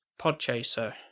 Podchaser